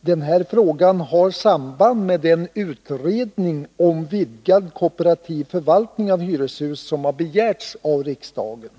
den här frågan har samband med den utredning om vidgad kooperativ förvaltning av hyreshus som begärts av riksdagen.